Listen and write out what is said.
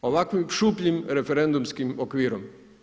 Ovakvim šupljim referendumskim okvirom.